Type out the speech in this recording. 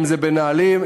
אם בנהלים,